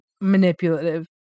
manipulative